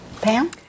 Pam